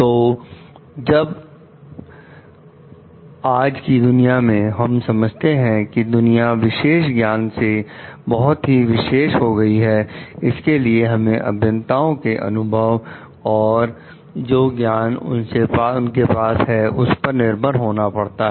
तो जब आज की दुनिया में हम समझते हैं कि दुनिया विशेष ज्ञान से बहुत ही विशेष हो गई है इसके लिए हमें अभियंताओं के अनुभव और जो ज्ञान उनके पास है उस पर निर्भर होना पड़ता है